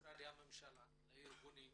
למשרדי הממשלה ולארגונים